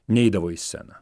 neidavo į sceną